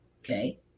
Okay